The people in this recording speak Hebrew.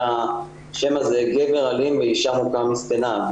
השם הזה גבר אלים ואישה מוכה מסכנה,